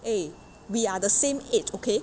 eh we are the same age okay